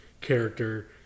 character